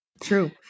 True